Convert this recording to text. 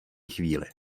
chvíli